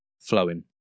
flowing